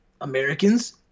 Americans